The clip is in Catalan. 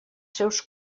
seus